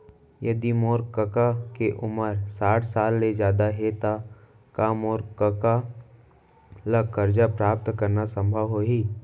यदि मोर कका के उमर साठ साल ले जादा हे त का मोर कका ला कर्जा प्राप्त करना संभव होही